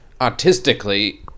Artistically